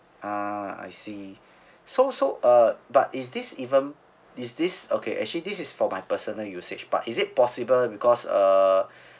ah I see so so uh but is this even is this okay actually this is for my personal usage but is it possible because uh